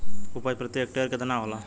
उपज प्रति हेक्टेयर केतना होला?